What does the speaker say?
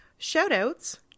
Shoutouts